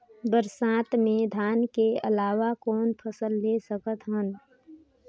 बरसात मे धान के अलावा कौन फसल ले सकत हन?